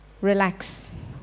relax